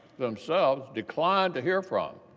themselves declined to hear from,